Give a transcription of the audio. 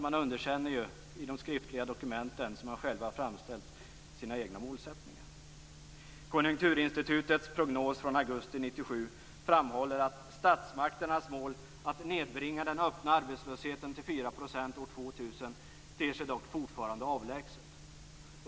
Man underkänner i de skriftliga dokument som man själv har framställt sina egna målsättningar. framhålls: "Statsmakternas mål att nedbringa den öppna arbetslösheten till 4 % år 2000 ter sig dock fortfarande avlägset."